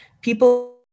people